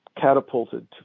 catapulted